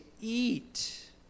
eat